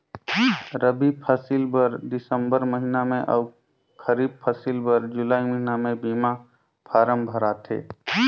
रबी फसिल बर दिसंबर महिना में अउ खरीब फसिल बर जुलाई महिना में बीमा फारम भराथे